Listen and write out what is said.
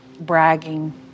bragging